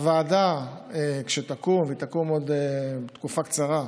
הוועדה כשתקום, והיא תקום עוד תקופה קצרה,